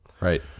right